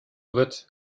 wird